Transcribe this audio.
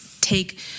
take